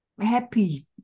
happy